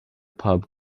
pub